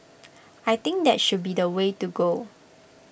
I think that should be the way to go